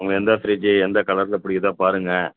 உங்கள் எந்த ஃப்ரிட்ஜு எந்த கலர்ல பிடிக்குதோ பாருங்கள்